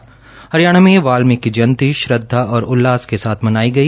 हरियाणा में वाल्मीकि जयंती श्रद्धा और उल्लास के साथ मनाई गई